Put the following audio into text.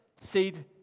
seed